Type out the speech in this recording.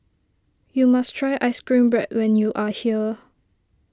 you must try Ice Cream Bread when you are here